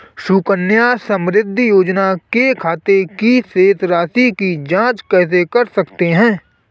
सुकन्या समृद्धि योजना के खाते की शेष राशि की जाँच कैसे कर सकते हैं?